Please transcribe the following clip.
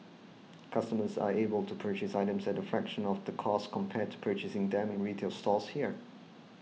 customers are able to purchase items at a fraction of the cost compared to purchasing them in retail stores here